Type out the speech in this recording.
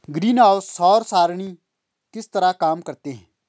greenhouse सौर सरणी किस तरह काम करते हैं